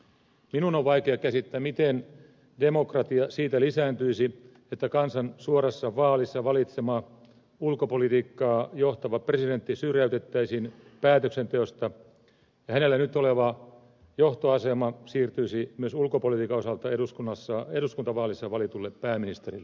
minun on vaikea käsittää miten demokratia siitä lisääntyisi että kansan suorassa vaalissa valitsema ulkopolitiikkaa johtava presidentti syrjäytettäisiin päätöksenteosta ja hänellä nyt oleva johtoasema siirtyisi myös ulkopolitiikan osalta eduskuntavaaleissa valitulle pääministerille